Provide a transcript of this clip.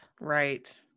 Right